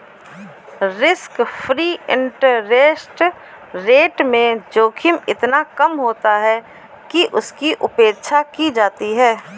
risk free interest rate में जोखिम इतना कम होता है कि उसकी उपेक्षा की जाती है